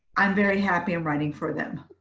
i'm very happy and writing for them.